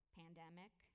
pandemic